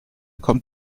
kommt